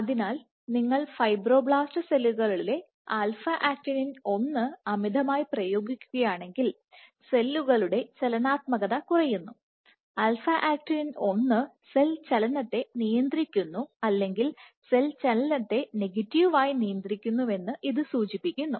അതിനാൽ നിങ്ങൾ ഫൈബ്രോബ്ലാസ്റ്റ് സെല്ലുകളിലെ ആൽഫ ആക്ടിനിൻ 1α actinin 1 അമിതമായി പ്രയോഗിക്കുകയാണെങ്കിൽ സെല്ലുകളുടെ ചലനാത്മകത കുറയുന്നു ആൽഫ ആക്ടിനിൻ 1 α actinin 1 സെൽ ചലനത്തെ നിയന്ത്രിക്കുന്നു അല്ലെങ്കിൽ സെൽ ചലനത്തെ നെഗറ്റീവ് ആയി നിയന്ത്രിക്കുന്നുവെന്ന് ഇത് സൂചിപ്പിക്കുന്നു